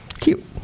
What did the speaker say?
Cute